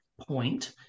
point